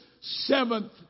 seventh